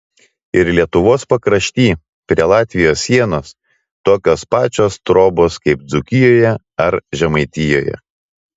ir lietuvos pakrašty prie latvijos sienos tokios pačios trobos kaip dzūkijoje ar žemaitijoje